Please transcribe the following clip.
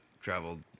traveled